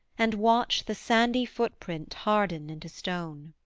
and watch the sandy footprint harden into stone